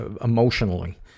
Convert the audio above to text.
emotionally